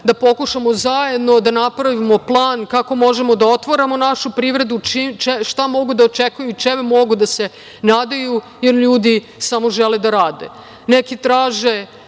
da pokušamo zajedno da napravimo plan kako možemo da otvaramo našu privredu, šta mogu da očekuju i čemu mogu da se nadaju, jer ljudi samo žele da rade. Neki traže